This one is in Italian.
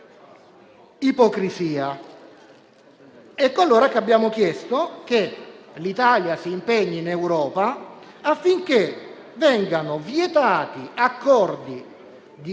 ipocrisia. Per questo abbiamo chiesto che l'Italia si impegni in Europa affinché vengano vietati accordi